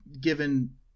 given